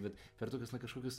bet per tokius na kažkokius